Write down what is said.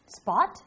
Spot